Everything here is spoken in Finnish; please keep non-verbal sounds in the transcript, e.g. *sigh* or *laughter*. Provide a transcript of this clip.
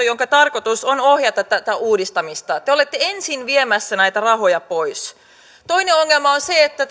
*unintelligible* jonka tarkoitus on ohjata tätä uudistamista te olette ensin viemässä näitä rahoja pois toinen ongelma on se että *unintelligible*